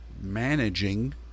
managing